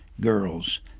Girls